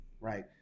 right